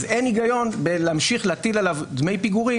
אז אין היגיון בלהמשיך להטיל עליו דמי פיגורים